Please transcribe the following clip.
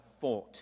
fought